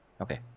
Okay